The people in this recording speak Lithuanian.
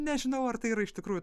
nežinau ar tai yra iš tikrųjų